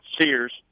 Sears